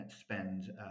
spend